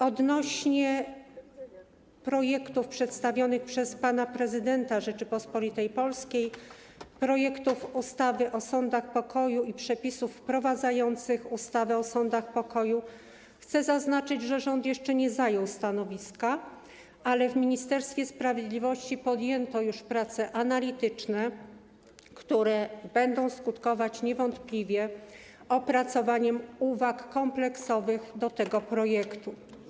Odnośnie do przedstawionych przez pana prezydenta Rzeczypospolitej Polskiej projektów ustaw: o sądach pokoju i Przepisy wprowadzające ustawę o sądach pokoju chcę zaznaczyć, że rząd jeszcze nie zajął stanowiska, ale w Ministerstwie Sprawiedliwości podjęto już prace analityczne, które niewątpliwie będą skutkować opracowaniem kompleksowych uwag do tego projektu.